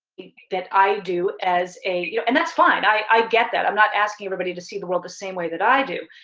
that i do as a, you know and that's fine, i get that, i'm not asking everybody to see the world the same way that i do.